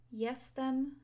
Jestem